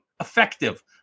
effective